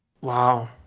Wow